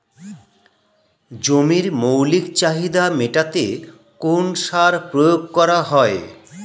জমির মৌলিক চাহিদা মেটাতে কোন সার প্রয়োগ করা হয়?